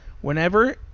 whenever